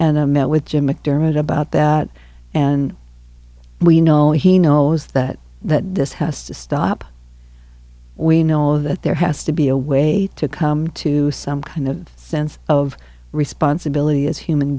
i met with jim mcdermott about that and we know he knows that this has to stop we know that there has to be a way to come to some kind of sense of responsibility as human